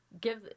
give